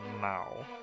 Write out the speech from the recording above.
now